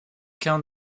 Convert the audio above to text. qu’un